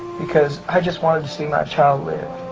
because i just wanted to see my child live.